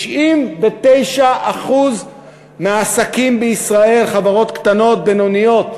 ו-99% מהעסקים בישראל, חברות קטנות, בינוניות,